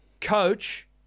coach